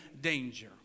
danger